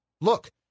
look